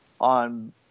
on